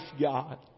God